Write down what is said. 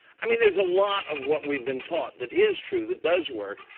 i mean, there's a lot of what we've been taught that is true. that does work.